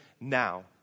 now